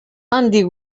handik